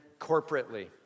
corporately